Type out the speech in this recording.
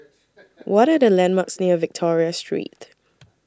What Are The landmarks near Victoria Street